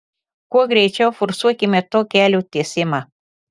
kuo greičiau forsuokime to kelio tiesimą